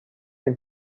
and